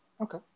Okay